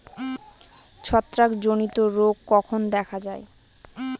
ছত্রাক জনিত রোগ কখন দেখা য়ায়?